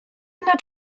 nad